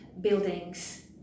buildings